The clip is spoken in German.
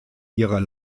ihrer